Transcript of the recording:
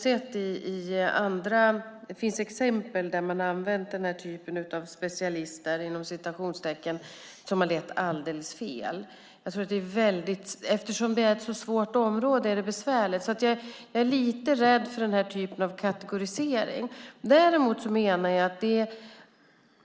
Det finns exempel där man har använt sådana "specialister" där det lett alldeles fel. Eftersom det är ett sådant svårt område är det besvärligt. Jag är därför lite rädd för denna typ av kategorisering.